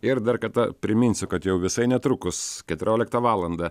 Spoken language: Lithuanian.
ir dar kartą priminsiu kad jau visai netrukus keturioliktą valandą